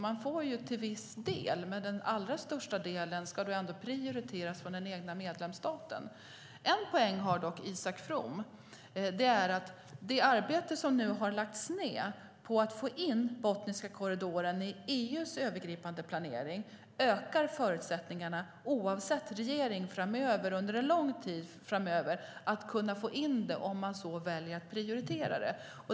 Man får en viss del, men den allra största delen ska ändå prioriteras av den egna medlemsstaten. En poäng har dock Isak From. Det är att det arbete som nu har lagts ned på att få in Botniska korridoren i EU:s övergripande planering ökar förutsättningarna, oavsett regering framöver, under en lång tid framöver att få in detta om man väljer att prioritera det.